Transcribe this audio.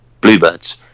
Bluebirds